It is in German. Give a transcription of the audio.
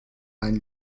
mein